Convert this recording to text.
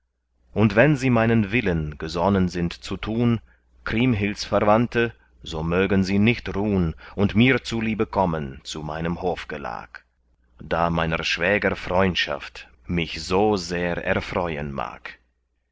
und wenn sie meinen willen gesonnen sind zu tun kriemhilds verwandte so mögen sie nicht ruhn und mir zuliebe kommen zu meinem hofgelag da meiner schwäger freundschaft mich so sehr erfreuen mag